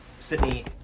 Sydney